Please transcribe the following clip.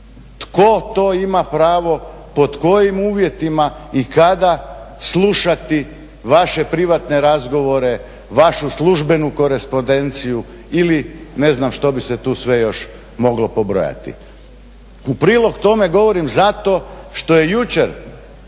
Tko to ima pravo, pod kojima uvjetima i kada slušati vaše privatne razgovore, vašu službenu korespondenciju ili ne znam što bi se tu sve još moglo pobrojati. U prilog tome govorim zato što je jučer